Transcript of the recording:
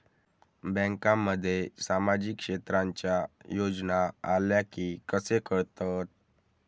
बँकांमध्ये सामाजिक क्षेत्रांच्या योजना आल्या की कसे कळतत?